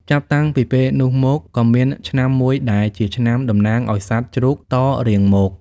ចាប់តាំងពីពេលលនុះមកក៏មានឆ្នាំមួយដែល ជាឆ្នាំដំណាងអោយសត្វជ្រូកតរៀងមក។